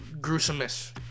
gruesomeness